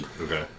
Okay